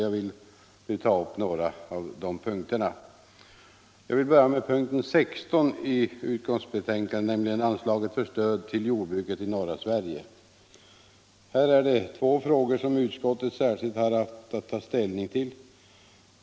Jag vill nu ta upp några av dessa punkter. Jag vill börja med punkten 16 i utskottsbetänkandet, nämligen anslaget för stöd till jordbruket i norra Sverige. Här är det två frågor som utskottet särskilt haft att ta ställning till.